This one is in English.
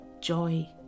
joy